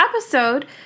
episode